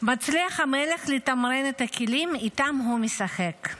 מצליח המלך לתמרן את הכלים שאיתם הוא משחק.